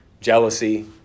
jealousy